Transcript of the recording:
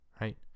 Right